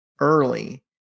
early